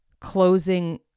closing